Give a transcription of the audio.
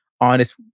honest